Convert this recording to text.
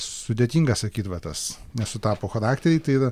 sudėtinga sakyt va tas nesutapo charakteriai tai ir